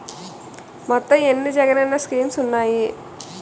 మొత్తం ఎన్ని జగనన్న స్కీమ్స్ ఉన్నాయి?